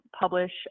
publish